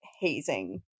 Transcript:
hazing